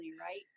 Right